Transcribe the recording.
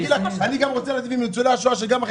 אני רוצה להיטיב עם ניצולי השואה שעלו